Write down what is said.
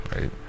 right